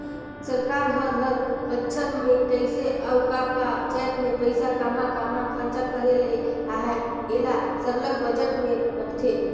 सरकार हर हर बछर में कइसे अउ का का जाएत में पइसा काम्हां काम्हां खरचा करे ले अहे एला सरलग बजट में रखथे